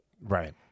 Right